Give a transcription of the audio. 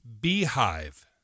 Beehive